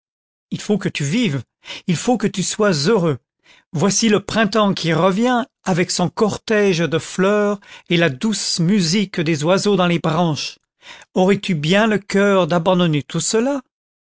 il faut que tu vives il faut que tu sois heureux voici le printemps qui revient avec son cortège de fleurs et la douce musique des oiseaux dans les branches aurais-tu bien le cœur d'abandonner tout cela